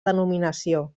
denominació